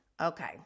Okay